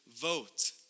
vote